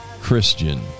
Christian